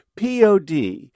POD